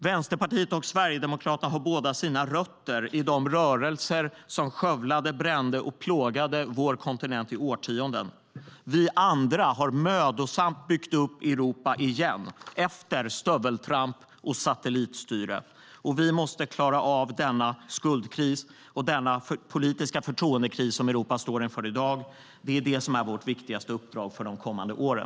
Vänsterpartiet och Sverigedemokraterna har båda sina rötter i de rörelser som skövlade, brände och plågade vår kontinent i årtionden. Vi andra har mödosamt byggt upp Europa igen efter stöveltramp och satellitstyre. Vi måste klara av denna skuldkris och den politiska förtroendekris som Europa står inför i dag. Det är det som är vårt viktigaste uppdrag för de kommande åren.